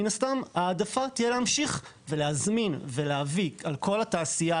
מן הסתם ההעדפה תהיה להמשיך ולהזמין ולהביא על כל התעשייה,